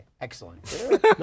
Excellent